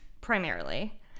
primarily